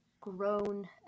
grown